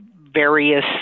various